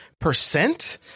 Percent